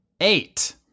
Eight